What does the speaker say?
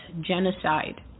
genocide